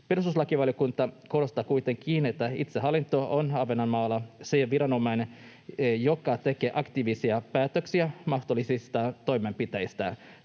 Perustuslakivaliokunta korostaa kuitenkin, että itsehallinto on Ahvenanmaalla se viranomainen, joka tekee aktiivisia päätöksiä mahdollisista toimenpiteistä.